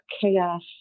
chaos